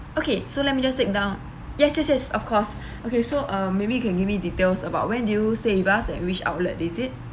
okay so let me just take down yes yes yes of course okay so uh maybe you can give me details about when did you stay with us at which outlet is it